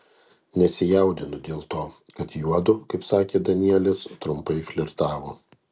nesijaudinu dėl to kad juodu kaip sakė danielis trumpai flirtavo